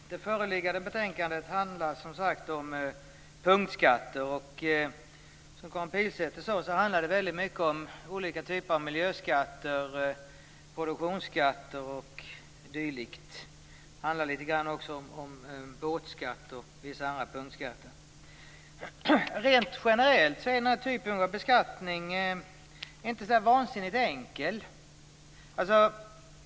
Herr talman! Det föreliggande betänkandet handlar som sagt om punktskatter. Som Karin Pilsäter sade handlar det väldigt mycket om olika typer av miljöskatter, produktionsskatter och litet grand om båtskatter. Rent generellt är den här typen av beskattning inte så vansinnigt enkel.